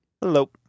Hello